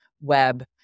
web